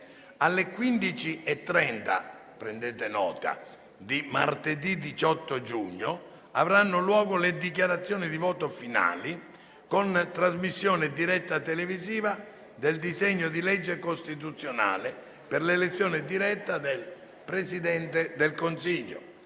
Alle 15,30 di martedì 18 giugno avranno luogo le dichiarazioni di voto finali, con trasmissione diretta televisiva del disegno di legge costituzionale per l'elezione diretta del Presidente del Consiglio.